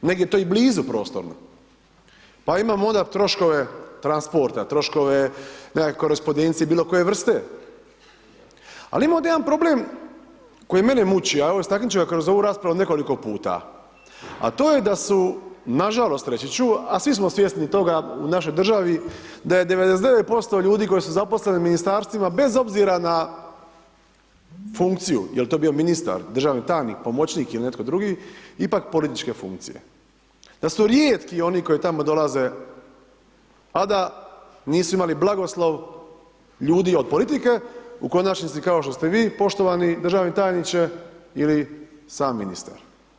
Negdje je to i blizu prostora, pa imamo onda troškove transporta, troškova nekako korespondencije, bilo koje vrste, ali imamo jedan problem, koji mene muči, a evo, istaknuti ću kroz ovu raspravu nekoliko puta, a to je da su, nažalost, reći ću, a svi smo svjesni toga u našoj državi, da je 99% ljudi koji su zaposleni u ministarstvima bez obzira na funkciju, jel to bio ministar, državni tajnik ili netko drugi, ipak političke funkcije, da su rijetki oni koji tamo dolaze, a da nisu imali blagoslov ljudi od politike, u konačnici kao što ste vi poštovani državni tajniče ili sam ministar.